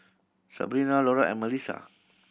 Sebrina Laura and Malissa